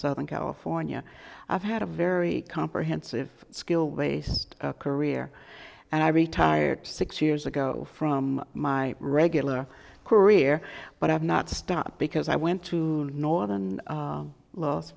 southern california i've had a very comprehensive skill based career and i retired six years ago from my regular career but i've not stopped because i went to northern